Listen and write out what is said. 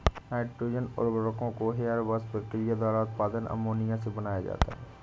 nitrogen उर्वरकों को Haber Bosch प्रक्रिया द्वारा उत्पादित अमोनिया से बनाया जाता है